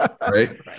Right